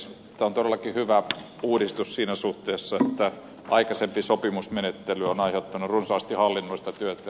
tämä on todellakin hyvä uudistus siinä suhteessa että aikaisempi sopimusmenettely on aiheuttanut runsaasti hallinnollista työtä